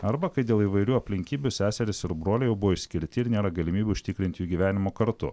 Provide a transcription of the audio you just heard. arba kai dėl įvairių aplinkybių seserys ir broliai jau buvo išskirti ir nėra galimybių užtikrinti jų gyvenimo kartu